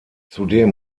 zudem